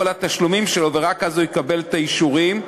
התשלומים שלו ורק אז הוא יקבל את האישורים.